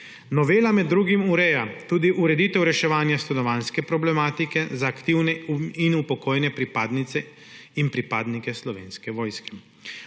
Novela med drugim ureja tudi ureditev reševanja stanovanjske problematike za aktivne in upokojene pripadnice in pripadnike Slovenske vojske.